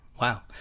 wow